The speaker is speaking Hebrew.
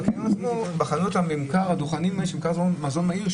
בדוכנים למזון מהיר,